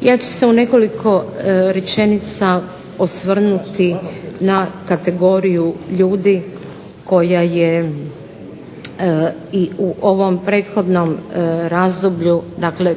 Ja ću se u nekoliko rečenica osvrnuti na kategoriju ljudi koja je i u ovom prethodnom razdoblju dakle